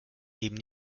eben